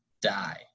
die